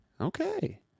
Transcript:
Okay